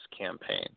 campaign